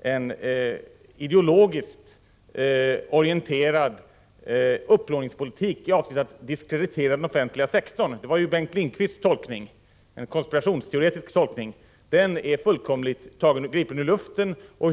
som ideologiskt orienterad, syftande till att diskreditera den offentliga sektorn. Det var också Bengt Lindqvists konspirationsteoretiska tolkning, men den är alltså gripen ur luften.